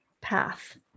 path